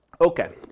Okay